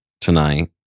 tonight